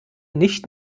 nicht